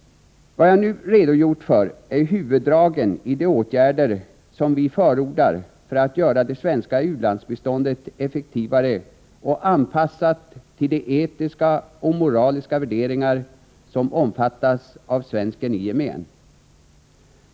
Vad jag nu redogjort för är huvuddragen i de åtgärder som vi förordar för att göra det svenska u-landsbiståndet effektivare och anpassat till de etiska och moraliska värderingar som omfattas av svensken i gemen.